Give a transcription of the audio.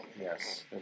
Yes